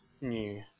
new